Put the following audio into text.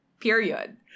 Period